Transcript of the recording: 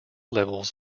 levels